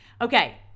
Okay